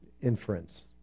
inference